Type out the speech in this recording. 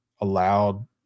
allowed